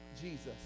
Jesus